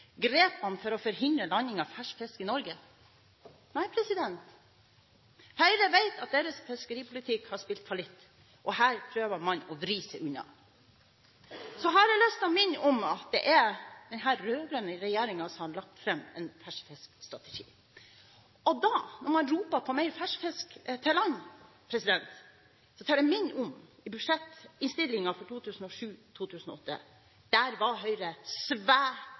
grepene for å forhindre landinger av fersk fisk i Norge». Nei: Høyre vet at deres fiskeripolitikk har spilt fallitt, og her prøver man å vri seg unna. Så har jeg lyst til å minne om at det er denne rød-grønne regjeringen som har lagt fram en ferskfiskstrategi. Og da – når man roper på mer fersk fisk til land – tør jeg minne om budsjettinnstillingen for 2007–2008, der var Høyre